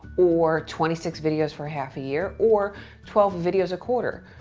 or twenty six videos for half a year, or twelve videos a quarter,